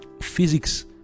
physics